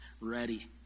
ready